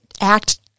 act